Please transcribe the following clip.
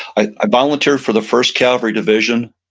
i volunteered for the first cavalry division.